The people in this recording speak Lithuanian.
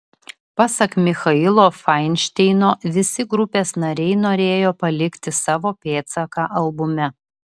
pasak michailo fainšteino visi grupės nariai norėjo palikti savo pėdsaką albume